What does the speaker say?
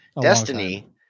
Destiny